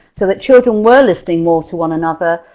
so that children were listening more to one another,